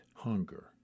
Hunger